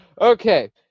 Okay